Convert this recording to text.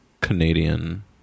canadian